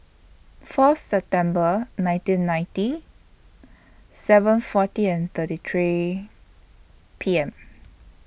Fourth September nineteen ninety seven forty and thirty three P M